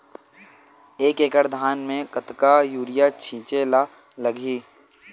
एक एकड़ धान में कतका यूरिया छिंचे ला लगही?